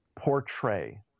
portray